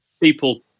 people